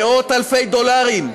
מאות אלפי דולרים,